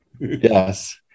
Yes